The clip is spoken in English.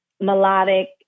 melodic